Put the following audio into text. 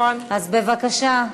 אז בבקשה,